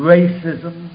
Racism